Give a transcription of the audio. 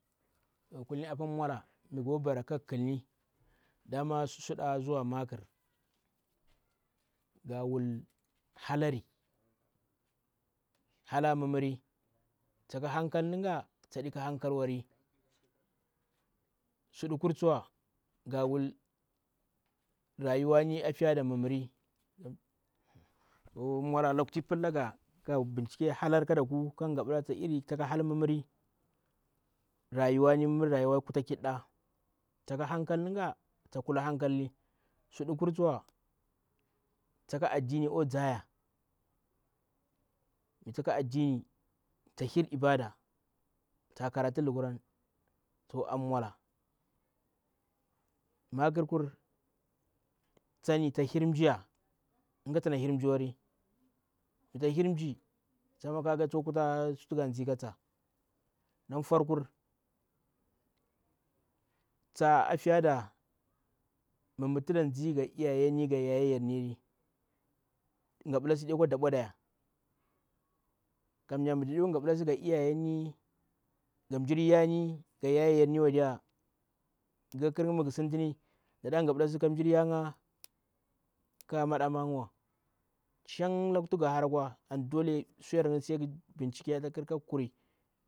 To kulli appa mwala migha kora bara kaghu khilni dama su suda ko makr: ga wal halari, halaa mmimiri tsaka halka nigna tadeka halkal wari, suɗu kur tsuwa, g'wul rayuwani afiyada mimmiri. Mwala lakuti pillaga ka bill che ke hankala kadaku, taka iri hankal mimmiri, rayuwari. Mmmiri rayuwa kutakinɗa tsaka halkan nniga ta kula hankalli sudukur tsuwa tsaka addini kwa tsaya, mi taga addini mata hir ibada, ta karatu lukuran to an mwala, makr kur tsaniya hir mmsjiiya ninga tsana hir mmsjii wari, mmi mi tahir mmisjii kaga tsakwa sutu ga ndzi katsa na foar. Kur tsa afiyada mmh tuda ndzi ga iyayen ga yayagerniri ngha bmlabi adekwa dambpodya. mi do ngha bmlasi ga iyayenni, ga mmsjir yani ga yayeyerni wadiya ga kakhir nga mighu sintini daɗa nghablasi ga iyayen ghwa ga mada maagwa. Shang laku ti ghu hara kwa an dole suyere ngni sai gh binchike atakhir